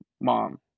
mom